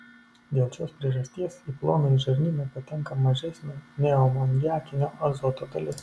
dėl šios priežasties į plonąjį žarnyną patenka mažesnė neamoniakinio azoto dalis